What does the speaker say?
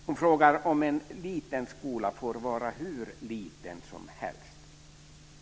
Hon frågar om en liten skola får vara hur liten som helst.